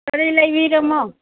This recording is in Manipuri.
ꯀꯔꯤ ꯂꯩꯕꯤꯔꯕꯅꯣ